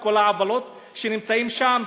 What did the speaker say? את כל העוולות שנמצאות שם,